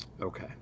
Okay